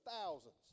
thousands